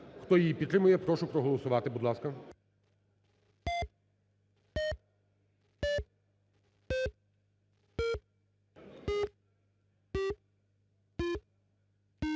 Хто її підтримує, прошу проголосувати. Будь ласка.